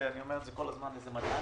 אני אומר את זה כל הזמן לא צריך להיות מדען